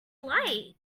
like